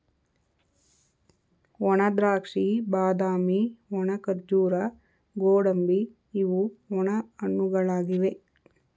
ಒಣದ್ರಾಕ್ಷಿ, ಬಾದಾಮಿ, ಒಣ ಖರ್ಜೂರ, ಗೋಡಂಬಿ ಇವು ಒಣ ಹಣ್ಣುಗಳಾಗಿವೆ